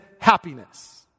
happiness